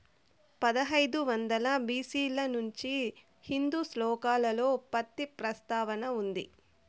పదహైదు వందల బి.సి ల నుంచే హిందూ శ్లోకాలలో పత్తి ప్రస్తావన ఉంది